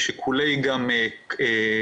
גם משיקולי כמות,